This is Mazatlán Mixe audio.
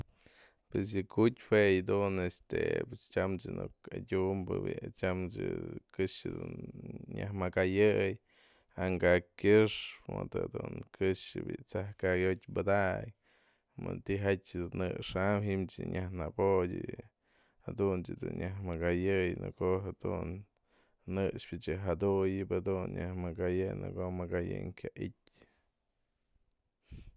Pues yë ku'utpyë jue yë dun este tyam nuk nadyumbë bi'i tyamby këxë nyëj makayëy anka'ak kyëxpë mëdë dun këxë tsaj'ka'ak jiotyë pada'akë mët tijatyë dun jë'ëx a'am jim nyajnëboty y jadunt´s dun nyëj makayëy në ko'o jadun një'ëxpyatsy jaduyapa'a dun në'ë ko'o mëkayëy kya ityë